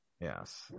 Yes